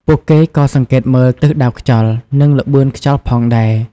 ពួកគេក៏សង្កេតមើលទិសដៅខ្យល់ និងល្បឿនខ្យល់ផងដែរ។